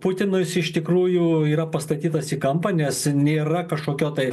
putinas iš tikrųjų yra pastatytas į kampą nes nėra kažkokio tai